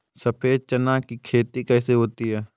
सफेद चना की खेती कैसे होती है?